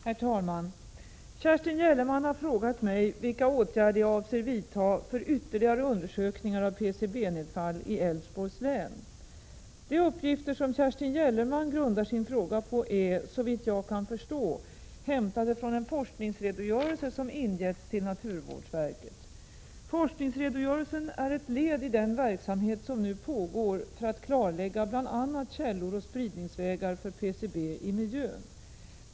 Herr talman! Kerstin Gellerman har frågat mig vilka åtgärder jag avser vidta när det gäller ytterligare undersökningar av PCB-nedfall i Älvsborgs län. De uppgifter Kerstin Gellerman grundar sin fråga på är, såvitt jag kan förstå, hämtade från en forskningsredogörelse som ingetts till naturvårdsverket. Forskningsredogörelsen är ett led i den verksamhet som nu pågår för att klarlägga bl.a. källor och spridningsvägar för PCB i miljön.